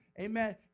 amen